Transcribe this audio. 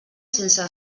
sense